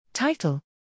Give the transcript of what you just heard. Title